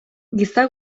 giza